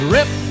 Rip